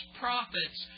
prophets